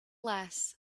less